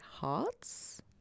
hearts